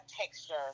texture